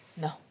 No